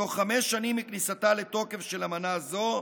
תוך חמש שנים מכניסתה לתוקף של אמנה זו,